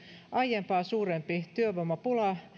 aiempaa suurempi työvoimapula